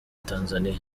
tanzania